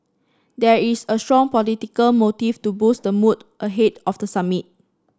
there is a strong political motive to boost the mood ahead of the summit